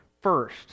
first